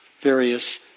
various